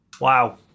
Wow